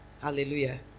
Hallelujah